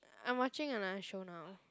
I'm watching another show now